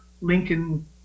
Lincoln